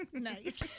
Nice